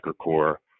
core